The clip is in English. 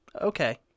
Okay